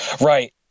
right